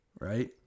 right